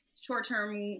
short-term